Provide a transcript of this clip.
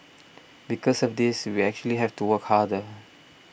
because of this we actually have to work harder